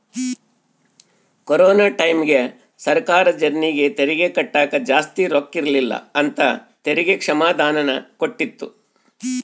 corona ಟೈಮ್ಯಾಗ ಸರ್ಕಾರ ಜರ್ನಿಗೆ ತೆರಿಗೆ ಕಟ್ಟಕ ಜಾಸ್ತಿ ರೊಕ್ಕಿರಕಿಲ್ಲ ಅಂತ ತೆರಿಗೆ ಕ್ಷಮಾದಾನನ ಕೊಟ್ಟಿತ್ತು